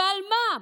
ועל מה?